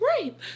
right